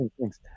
Thanks